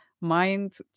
mind